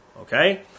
okay